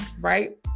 right